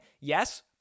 Yes